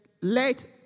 let